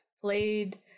played